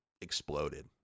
exploded